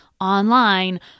online